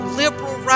liberal